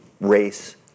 race